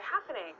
happening